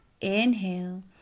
inhale